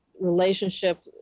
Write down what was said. relationship